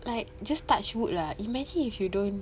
like just touch wood lah imagine if you don't